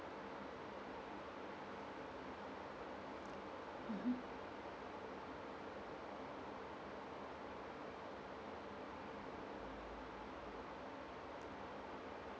mm